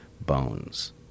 bones